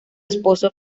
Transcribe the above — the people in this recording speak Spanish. esposo